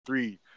three